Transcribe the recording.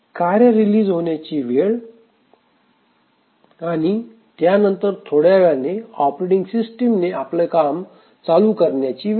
कार्य रिलीज होण्याची वेळ आणि त्यानंतर थोड्यावेळाने ऑपरेटिंग सिस्टिम ने आपले काम चालू करण्याची वेळ